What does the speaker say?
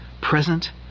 present